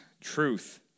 truth